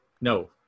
No